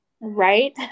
Right